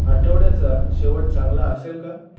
आठवड्याचा शेवट चांगला असेल का